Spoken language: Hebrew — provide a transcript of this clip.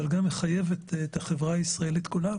אבל זה מחייב את החברה הישראלית כולה